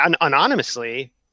anonymously